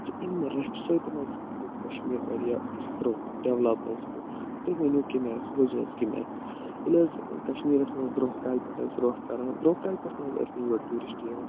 یہِ چھِ أمۍ رَفہِ سۭتۍ حظ گوٚو کَشمیٖر واریاہ برونٛہہ ڈٮ۪ولَپ حظ گوٚو تُہۍ ؤنیُو کٔمۍ آیہِ بوٗزیُو حظ کٔمۍ آیہِ ییٚلہِ حظ کَشمیٖرَس منٛز برونٛہہ کالہِ پٮ۪ٹھ ٲسۍ روٚف کران برونٛہہ کالہِ پٮ۪ٹھ نہٕ حظ ٲسۍ نہٕ یور ٹوٗرِشٹ یِوان